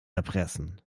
erpressen